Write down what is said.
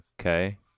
okay